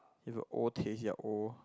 you have a old taste you are old